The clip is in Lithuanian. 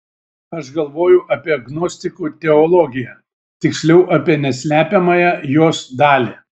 aš galvojau apie gnostikų teologiją tiksliau apie neslepiamąją jos dalį